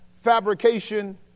fabrication